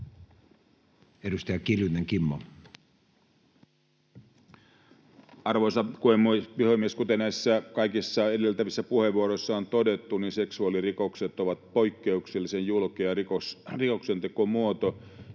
18:30 Content: Arvoisa puhemies! Kuten näissä kaikissa edeltävissä puheenvuoroissa on todettu, seksuaalirikokset ovat poikkeuksellisen julkea rikoksentekomuoto,